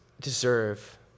deserve